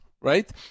right